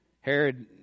Herod